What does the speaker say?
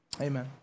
Amen